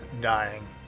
dying